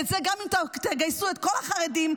גם אם תגייסו את כל החרדים,